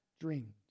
dreamed